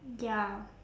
ya